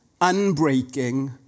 unbreaking